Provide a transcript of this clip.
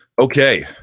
Okay